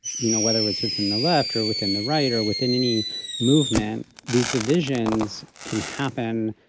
you know, whether it's within the left or within the right, or within any movement, these divisions can happen.